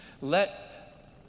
let